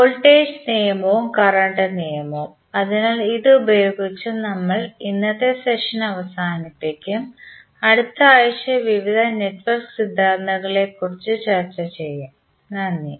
voltage നിയമവും current നിയമവും അതിനാൽ ഇതുപയോഗിച്ച് നമ്മൾ ഇന്നത്തെ സെഷൻ അവസാനിപ്പിക്കും അടുത്ത ആഴ്ച വിവിധ നെറ്റ്വർക്ക് സിദ്ധാന്തങ്ങളെക്കുറിച്ച് ചർച്ച ചെയ്യും നന്ദി